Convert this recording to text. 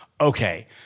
okay